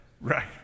Right